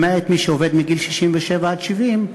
למעט מי שעובד מגיל 67 עד 70,